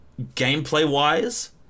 gameplay-wise